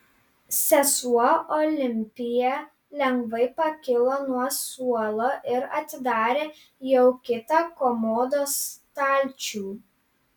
sesuo olimpija lengvai pakilo nuo suolo ir atidarė jau kitą komodos stalčių